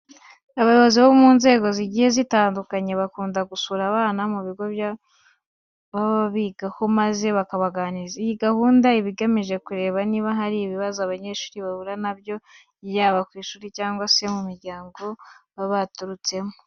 Abayobozi bo mu nzego zigiye zitandukanye bakunda gusura abana ku bigo by'amashuri baba bigaho maze bakabaganiriza. Iyi gahunda iba igamije kureba niba hari ibibazo aba banyeshuri bahura na byo yaba ku ishuri cyangwa se mu miryango baba baturutsemo.